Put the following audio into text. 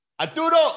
Arturo